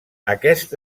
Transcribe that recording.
aquest